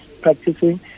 practicing